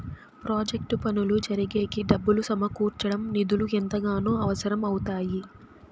project పనులు జరిగేకి డబ్బులు సమకూర్చడం నిధులు ఎంతగానో అవసరం అవుతాయి